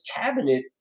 cabinet